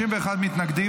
51 מתנגדים.